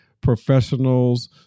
professionals